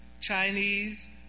Chinese